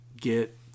get